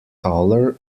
taller